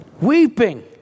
weeping